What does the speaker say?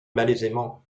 malaisément